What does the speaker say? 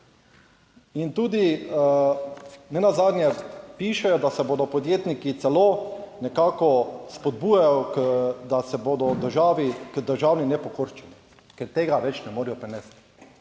In tudi nenazadnje piše, da se bodo podjetniki celo nekako, spodbujajo, da se bodo v državi, k državni nepokorščini, ker tega več ne morejo prenesti.